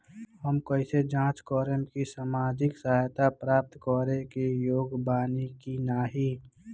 हम कइसे जांच करब कि सामाजिक सहायता प्राप्त करे के योग्य बानी की नाहीं?